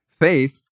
Faith